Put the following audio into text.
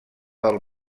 del